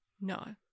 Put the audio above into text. No